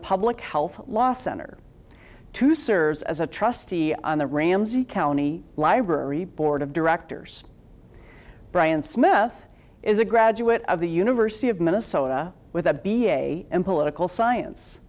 public health law center to serve as a trustee on the ramsey county library board of directors bryan smith is a graduate of the university of minnesota with a b a and political science